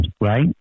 right